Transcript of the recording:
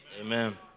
Amen